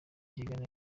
kiganiro